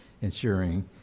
ensuring